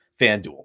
FanDuel